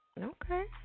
Okay